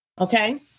okay